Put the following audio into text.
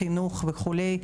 חינוך וכולי,